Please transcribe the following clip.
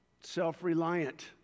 self-reliant